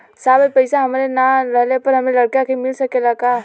साहब ए पैसा हमरे ना रहले पर हमरे लड़का के मिल सकेला का?